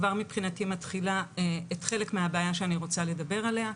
כבר מבחינתי מתחילה את חלק מהבעיה שאני רוצה לדבר עליה.